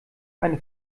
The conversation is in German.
eine